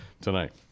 tonight